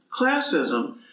Classism